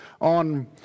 on